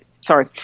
sorry